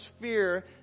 fear